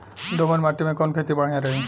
दोमट माटी में कवन खेती बढ़िया रही?